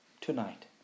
Tonight